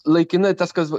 laikinai tas kas